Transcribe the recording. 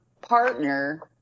partner